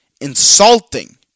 Insulting